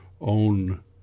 own